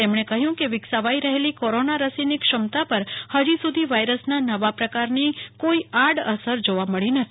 તેમણે કહ્યું કે વિકસાવાઈ રહેલી કોરોના રસીની ક્ષમતા પર હજી સુધી વાયરસના નવા પ્રકારની કોઈ આડસર જોવા મળી નથી